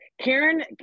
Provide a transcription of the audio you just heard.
Karen